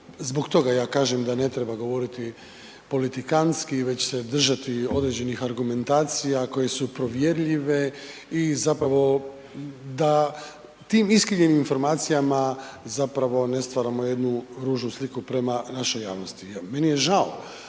zbog toga ja kažem da ne treba govoriti politikantski već se držati određenih argumentacija koje su provjerljive i zapravo da tim iskrivljenim informacijama zapravo ne stvaramo jednu ružnu sliku prema našoj javnosti. Meni je žao,